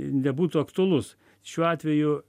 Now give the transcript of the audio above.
nebūtų aktualus šiuo atveju